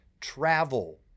Travel